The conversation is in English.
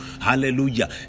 hallelujah